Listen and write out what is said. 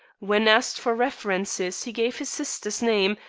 when asked for references he gave his sister's name,